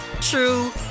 true